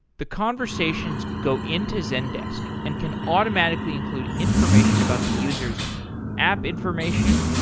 the conversations go into zendesk and can automatically include information about the user s app information,